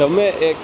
તમે એક